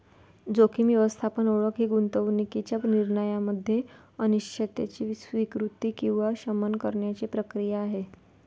जोखीम व्यवस्थापन ओळख ही गुंतवणूकीच्या निर्णयामध्ये अनिश्चिततेची स्वीकृती किंवा शमन करण्याची प्रक्रिया आहे